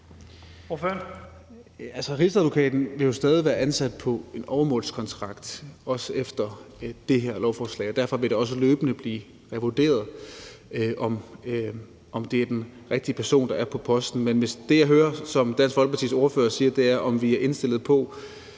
Rigsadvokaten vil jo stadig være ansat på en åremålskontrakt, også efter det her lovforslag. Derfor vil det også løbende blive vurderet, om det er den rigtige person, der er på posten. Men hvis det, jeg hører Dansk Folkepartis ordfører sige, er, om vi er indstillet på